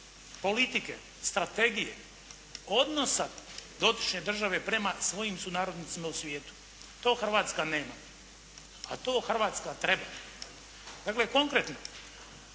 politike, strategije, odnosa dotične države prema svojim sunarodnicima u svijetu. To Hrvatska nema, a to Hrvatska treba. Dakle konkretno,